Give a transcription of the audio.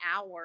hour